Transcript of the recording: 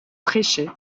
prêcher